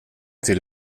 till